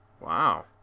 wow